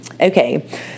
Okay